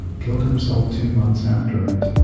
killed himself two months after it,